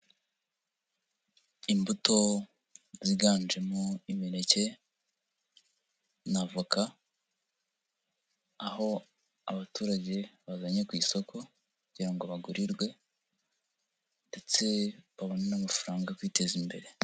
Imbuto ziganjemo imineke na voka, aho abaturage bazanye ku isoko kugira ngo bagurirwe ndetse babone n'amafaranga yo kwiteza imbere.